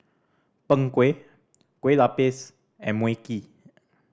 Png Kueh kue lupis and Mui Kee